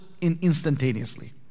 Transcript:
instantaneously